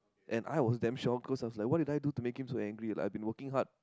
and I was damn shocked cause I was like what did I do to make him so angry like I have been working hard